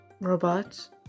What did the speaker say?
Robots